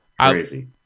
Crazy